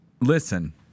Listen